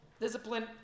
discipline